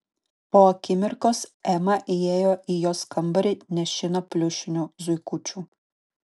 po akimirkos ema įėjo į jos kambarį nešina pliušiniu zuikučiu